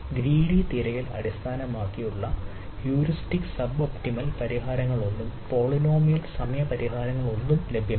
greedy തിരയൽ അടിസ്ഥാനമാക്കിയുള്ള heuristics suboptimal സമയ പരിഹാരങ്ങളൊന്നും ലഭ്യമല്ല